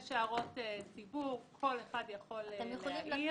יש הערות ציבור, כל אחד יכול להעיר.